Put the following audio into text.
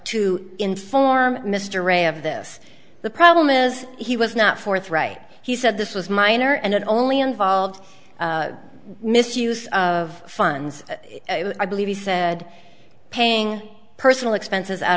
to inform mr ray of this the problem is he was not forthright he said this was minor and it only involved misuse of funds i believe he said paying personal expenses out